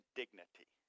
dignity